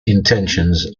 intentions